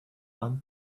one